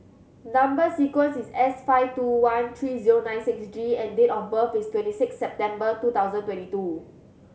number sequence is S five two one three zero nine six G and date of birth is twenty six September two thousand twenty two